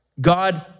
God